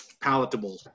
palatable